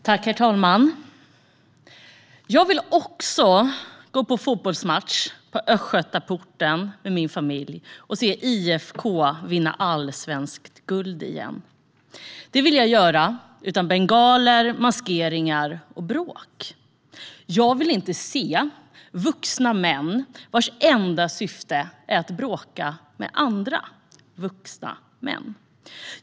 Herr talman! Jag vill också gå på fotbollsmatch på Östgötaporten med min familj och se IFK vinna allsvenskt guld igen. Det vill jag göra utan bengaler, maskeringar och bråk. Jag vill inte se vuxna män vars enda syfte är att bråka med andra vuxna män.